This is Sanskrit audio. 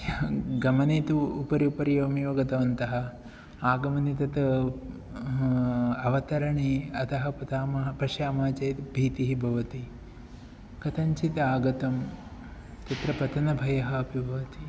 यः गमने तु उपरि उपरि एवमेव गतवन्तः आगमने तत् अवतरणे अधः पतामः पश्यामः चेत् भीतिः भवति कथञ्चित् आगतं तत्र पतनभयम् अपि भवति